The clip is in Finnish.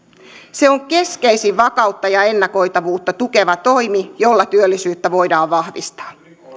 se on keskeisin vakautta ja ennakoitavuutta tukeva toimi jolla työllisyyttä voidaan vahvistaa